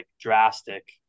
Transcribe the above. drastic